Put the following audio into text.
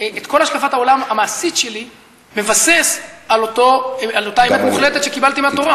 את השקפת העולם המעשית שלי מבסס על אותה אמת מוחלטת שקיבלתי בתורה.